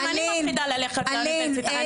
גם אני מפחדת ללכת לאוניברסיטה.